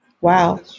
wow